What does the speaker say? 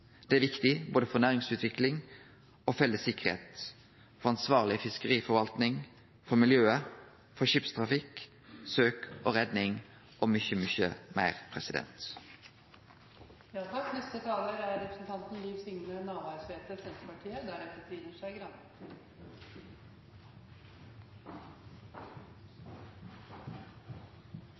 Det er viktig både for næringsutvikling og felles sikkerheit, for ansvarleg fiskeriforvaltning, for miljøet, for skipstrafikk, søk og redning – og mykje meir.